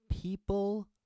people